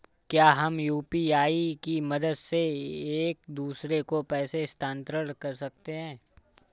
क्या हम यू.पी.आई की मदद से एक दूसरे को पैसे स्थानांतरण कर सकते हैं?